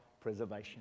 preservation